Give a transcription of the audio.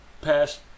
past